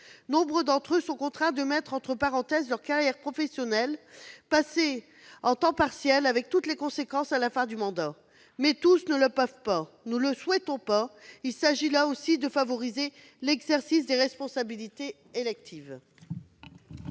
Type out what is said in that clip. Nombre d'entre eux sont contraints de mettre entre parenthèses leur carrière professionnelle, de passer à temps partiel, avec toutes les conséquences que cela entraîne à la fin du mandat. Mais tous ne le peuvent pas ou ne le souhaitent pas. Il s'agit, là aussi, de favoriser l'exercice des responsabilités électives.